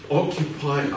occupy